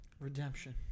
Redemption